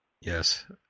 Yes